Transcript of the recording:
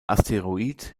asteroid